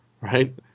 right